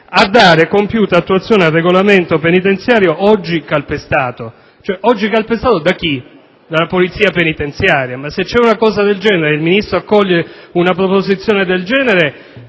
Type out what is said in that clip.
"a dare compiuta attuazione al regolamento penitenziario, oggi calpestato". Oggi calpestato da chi? Dalla Polizia penitenziaria? Se si afferma una cosa del genere e il Ministro accoglie una proposizione del genere